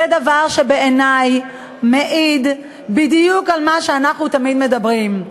זה דבר שבעיני מעיד בדיוק על מה שאנחנו תמיד מדברים,